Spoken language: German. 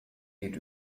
geht